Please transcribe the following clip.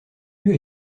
lieu